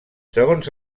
segons